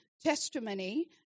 testimony